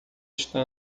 está